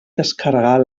descarregar